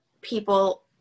people